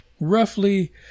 Roughly